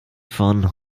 von